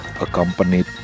accompanied